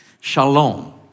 Shalom